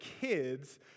kids